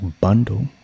bundle